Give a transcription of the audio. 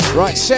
right